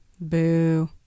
Boo